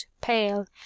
pale